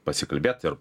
pasikalbėt ir